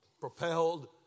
propelled